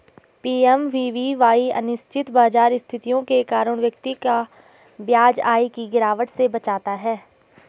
PMVVY अनिश्चित बाजार स्थितियों के कारण व्यक्ति को ब्याज आय की गिरावट से बचाता है